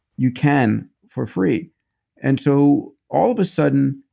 you can, for free and so all of a sudden,